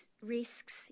risks